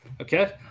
Okay